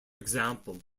example